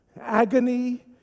agony